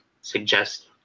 suggest